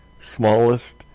smallest